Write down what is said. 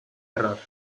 error